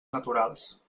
naturals